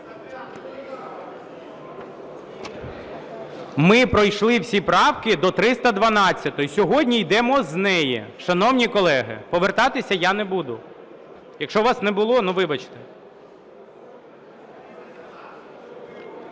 Ми пройшли всі правки до 312-ї. Сьогодні йдемо з неї, шановні колеги. Повертатися я не буду. Якщо вас не було, ну, вибачте.